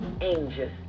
angels